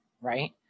right